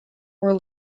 were